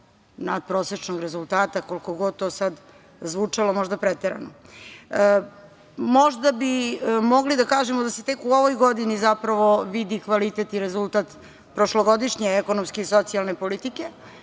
natprosečnog rezultata, koliko god to sada zvučalo možda preterano. Možda bi mogli da kažemo da se tek u ovoj godini zapravo vidi kvalitet i rezultat prošlogodišnje ekonomske i socijalne politike